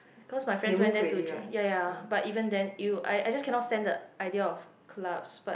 cause my friends went there to drink ya ya but even then !eww! I I just cannot stand the idea of clubs but